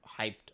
hyped